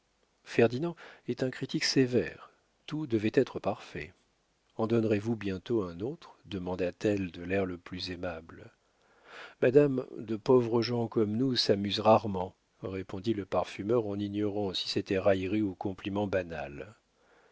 ferdinand est un critique sévère tout devait être parfait en donnerez-vous bientôt un autre demanda-t-elle de l'air le plus aimable madame de pauvres gens comme nous s'amusent rarement répondit le parfumeur en ignorant si c'était raillerie ou compliment banal